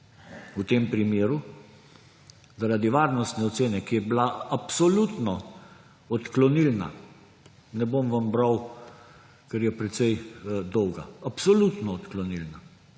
v tem primeru, zaradi varnostne ocene, ki je bila absolutno odklonilna ‒ ne bom vam bral, ker je precej dolga ‒, absolutno odklonilna,